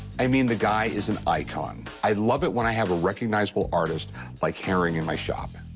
i mean, the guy is an icon. i love it when i have a recognizable artist like haring in my shop.